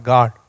God